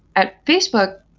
at facebook,